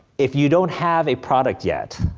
if you don't have a product yet,